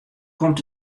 komt